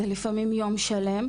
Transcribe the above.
זה לפעמים יום שלם.